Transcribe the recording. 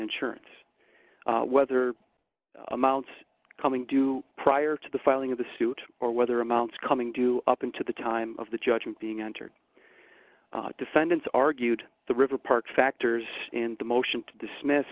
insurance whether amounts coming due prior to the filing of the suit or whether amounts coming due up into the time of the judgment being entered defendants argued the river park factors in the motion to dismiss